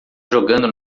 jogando